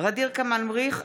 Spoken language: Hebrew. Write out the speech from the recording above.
ע'דיר כמאל מריח,